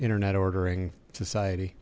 internet ordering society